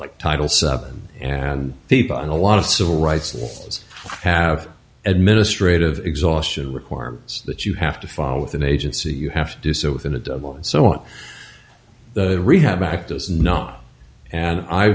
like titles and people and a lot of civil rights laws have administrative exhaustion requirements that you have to file with an agency you have to do so within a double so on the rehab act is not and i